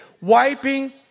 wiping